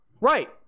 Right